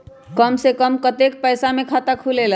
कम से कम कतेइक पैसा में खाता खुलेला?